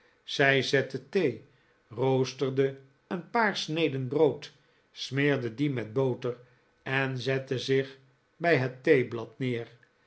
zij zette thee roosterde een paar snedenibrood smeerde die met boter en zette zich bij het theeblad neer